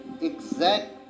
exact